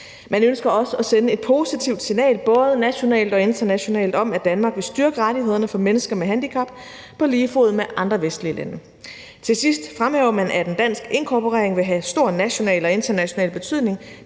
Man ønsker også at sende et positivt signal både nationalt og internationalt om, at Danmark vil styrke rettighederne for mennesker med handicap på lige fod med andre vestlige lande. Til sidst fremhæver man, at en dansk inkorporering vil have stor national og international betydning,